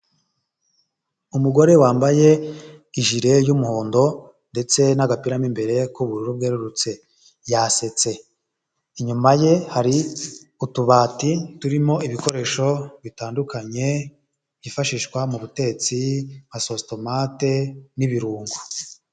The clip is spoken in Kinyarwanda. Umugore wambaye ijire y'umuhondo ndetse n'agapirama mu imbere k'ubururu bwerurutse yasetse, inyuma ye hari utubati turimo ibikoresho bitandukanye byifashishwa mu butetsi nka sositomate n'ibirungo.